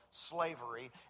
Slavery